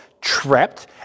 trapped